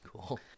Cool